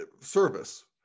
service